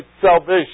salvation